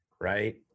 right